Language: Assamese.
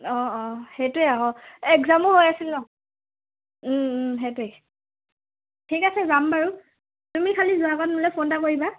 অ অ সেইটোৱে আকৌ এক্জামো হৈ আছিল ন' সেইটোৱে ঠিক আছে যাম বাৰু তুমি খালি যোৱা আগত মোলৈ ফোন এটা কৰিবা